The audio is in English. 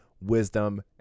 wisdom